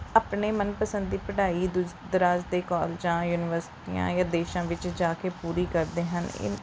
ਆਪਣੇ ਮਨਪਸੰਦ ਦੀ ਪੜ੍ਹਾਈ ਦੂਰ ਦਰਾਜ਼ ਦੇ ਕੋਲਜਾਂ ਯੂਨੀਵਰਸਿਟੀਆਂ ਜਾਂ ਦੇਸ਼ਾਂ ਵਿੱਚ ਜਾ ਕੇ ਪੂਰੀ ਕਰਦੇ ਹਨ ਇ